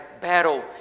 battle